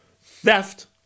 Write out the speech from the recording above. theft